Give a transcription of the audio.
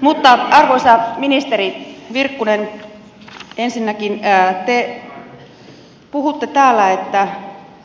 mutta arvoisa ministeri virkkunen ensinnäkin te puhutte täällä että